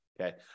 Okay